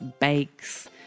bakes